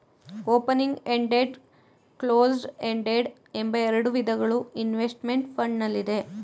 opening ended, closed ended ಎಂಬ ಎರಡು ವಿಧಗಳು ಇನ್ವೆಸ್ತ್ಮೆಂಟ್ ಫಂಡ್ ನಲ್ಲಿದೆ